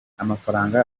amafaranga